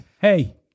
Hey